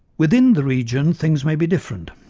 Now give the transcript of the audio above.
within the region things may be different.